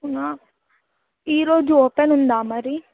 అవునా ఈ రోజు ఓపెన్ ఉందా మరి